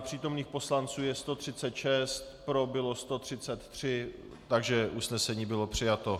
Přítomných poslanců je 136, pro bylo 133 , takže usnesení bylo přijato.